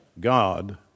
God